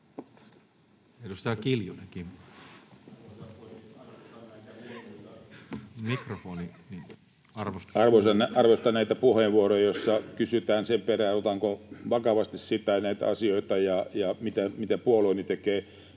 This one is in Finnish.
Arvostan näitä puheenvuoroja, joissa kysytään sen perään, otanko vakavasti näitä asioita ja mitä puolueeni tekee.